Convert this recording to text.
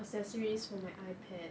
accessories for my ipad